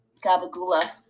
Gabagula